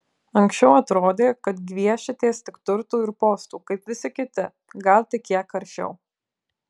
anksčiau atrodė kad gviešiatės tik turtų ir postų kaip visi kiti gal tik kiek aršiau